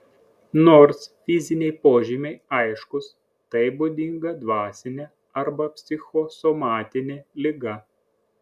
nors fiziniai požymiai aiškūs tai būdinga dvasinė arba psichosomatinė liga